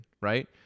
Right